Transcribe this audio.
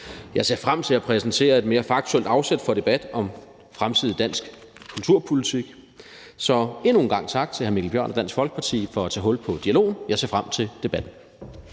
Jeg ser frem til at præsentere et mere faktuelt afsæt for debat om fremtidig dansk kulturpolitik. Så endnu en gang tak til hr. Mikkel Bjørn og Dansk Folkeparti for at tage hul på dialogen. Jeg ser frem til debatten.